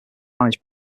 managed